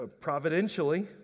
providentially